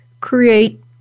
create